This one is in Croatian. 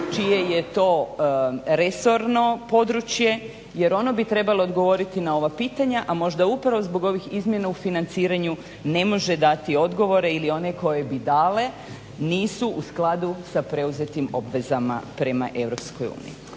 čije je to resorno područje jer ono bi trebalo odgovoriti na ova pitanja a možda upravo zbog ovih izmjena u financiranju ne može dati odgovore ili one koje bi dale nisu u skladu sa preuzetim obvezama prema EU.